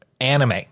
Anime